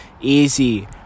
Easy